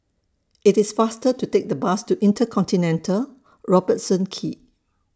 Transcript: IT IS faster to Take The Bus to InterContinental Robertson Quay